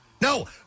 No